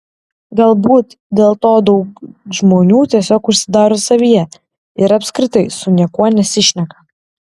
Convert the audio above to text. galbūt dėl to daug žmonių tiesiog užsidaro savyje ir apskritai su niekuo nesišneka